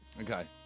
Okay